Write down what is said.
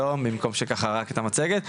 הכנתם מצגת.